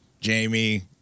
Jamie